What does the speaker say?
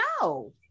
no